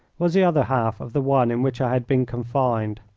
was the other half of the one in which i had been confined.